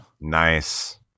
Nice